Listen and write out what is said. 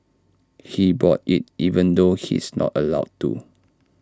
he bought IT even though he's not allowed to